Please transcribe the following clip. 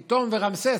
פיתום ורעמסס,